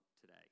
today